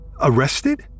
Arrested